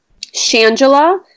shangela